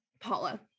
paula